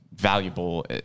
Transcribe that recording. valuable